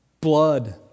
blood